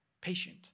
patient